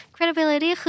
Credibility